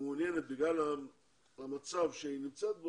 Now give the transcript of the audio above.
בגלל המצב בו היא מצויה,